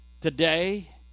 Today